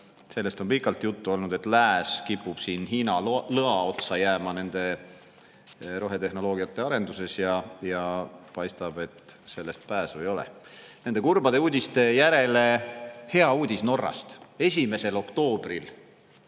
Sellest on pikalt juttu olnud, et lääs kipub Hiina lõa otsa jääma rohetehnoloogiate arenduses, ja paistab, et sellest pääsu ei ole. Nende kurbade uudiste järele hea uudis Norrast. Nimelt, 1. oktoobril